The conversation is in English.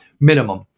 minimum